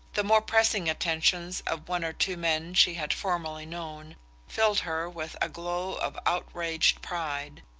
the more pressing attentions of one or two men she had formerly known filled her with a glow of outraged pride,